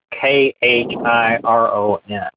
K-H-I-R-O-N